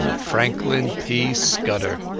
franklin p. scudder